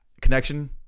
connection